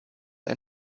ein